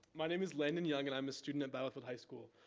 my name is landon young and i'm a student at bethel high school.